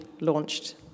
launched